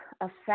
affect